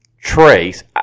trace